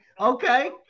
okay